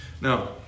Now